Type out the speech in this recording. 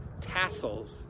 tassels